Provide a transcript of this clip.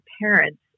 parents